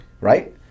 Right